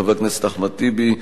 חבר הכנסת אחמד טיבי,